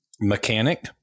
mechanic